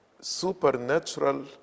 supernatural